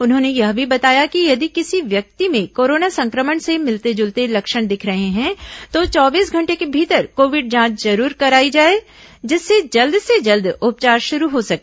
उन्होंने यह भी बताया कि यदि किसी व्यक्ति में कोरोना संक्रमण से मिलते जुलते लक्षण दिख रहे हैं तो चौबीस घंटे के भीतर कोविड जांच जरूर कराई जाए जिससे जल्द से जल्द उपचार शुरू हो सके